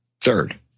Third